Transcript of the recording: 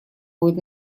будет